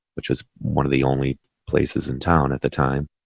which was one of the only places in town at the time.